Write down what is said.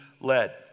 led